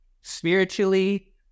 spiritually